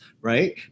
right